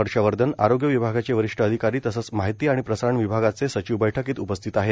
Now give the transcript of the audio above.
हर्षवंधन आरोग्य विभागाचे वरिष्ठ अधिकारी तसंच माहिती आणि प्रसारण विभागाचे सचिव बैठकीत उपस्थित आहेत